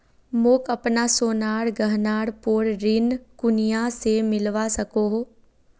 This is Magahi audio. मोक अपना सोनार गहनार पोर ऋण कुनियाँ से मिलवा सको हो?